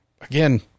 again